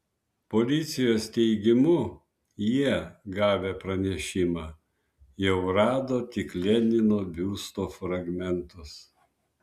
policijos teigimu jie gavę pranešimą jau rado tik lenino biusto fragmentus